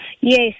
Yes